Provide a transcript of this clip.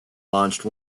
launched